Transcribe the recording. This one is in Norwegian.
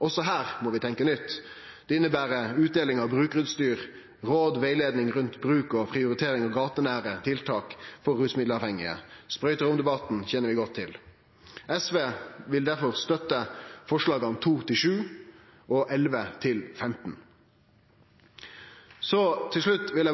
Også her må vi tenkje nytt. Det inneber utdeling av brukarutstyr, råd, rettleiing rundt bruk og prioritering av gatenæretiltak for rusmiddelavhengige. Sprøyteromdebatten kjenner vi godt til. SV vil derfor støtte forslaga nr. 2–7 og forslaga nr. 11–15. Eg vil